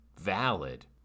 valid